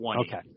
okay